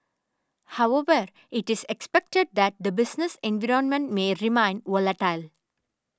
however it is expected that the business environment may remain volatile